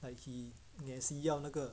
like he 也是要那个